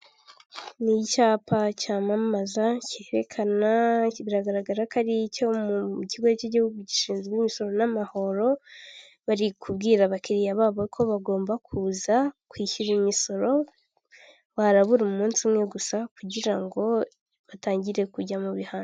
Ni icyapa cyamamaza cyerekana kiragaragara ko ari icyo mu kigo cy'igihugu gishinzwe imisoro n'amahoro, bari kubwira abakiriya babo ko bagomba kuza kwishyura imisoro, barabura umunsi umwe gusa kugira ngo batangire kujya mu bihano.